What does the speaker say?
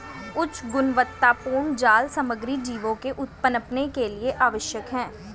उच्च गुणवत्तापूर्ण जाल सामग्री जीवों के पनपने के लिए आवश्यक है